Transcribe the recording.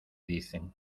dicen